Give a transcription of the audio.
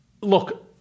look